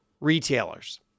retailers